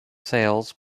sales